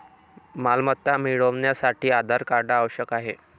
मालमत्ता मिळवण्यासाठी आधार कार्ड आवश्यक आहे